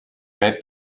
made